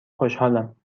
خوشحالم